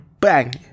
Bang